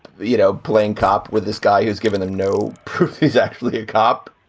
you know, playing cop with this guy who's given them. no, he's actually a cop.